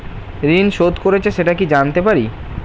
ঋণ শোধ করেছে সেটা কি জানতে পারি?